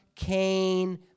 Cain